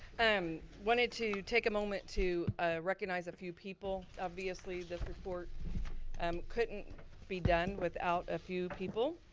and wanted to take a moment to ah recognize a few people. obviously this report um couldn't be done without a few people.